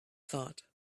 thought